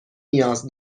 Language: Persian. نیاز